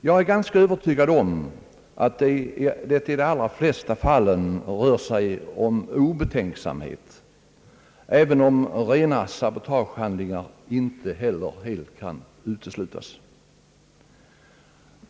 Jag är ganska övertygad om att det i de allra flesta fallen rör sig om obetänksamhet, även om rena sabotagehandlingar inte helt kan uteslutas.